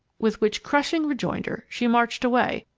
with which crushing rejoinder she marched away,